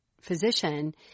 physician